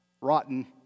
rotten